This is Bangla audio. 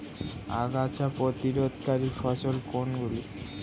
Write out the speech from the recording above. আগাছা প্রতিরোধকারী ফসল কোনগুলি?